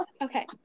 Okay